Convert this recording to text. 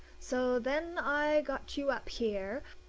so then i got you up here,